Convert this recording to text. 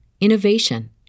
innovation